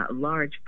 large